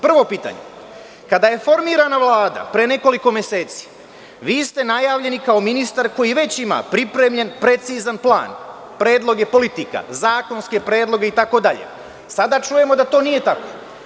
Prvo pitanje, kada je formirana Vlada pre nekoliko meseci, vi ste najavljeni kao ministar koji već ima pripremljen precizan plan, predloge politika, zakonske predloge itd, ali sada čujemo da to nije tako.